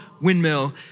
windmill